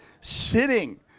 sitting